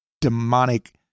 demonic